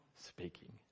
speaking